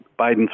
Biden's